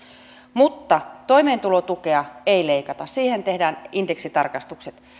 mutta toimeentulotukea ei leikata siihen tehdään indeksitarkistukset